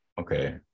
Okay